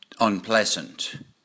unpleasant